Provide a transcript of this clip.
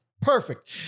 perfect